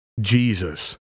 Jesus